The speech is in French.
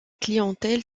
clientèle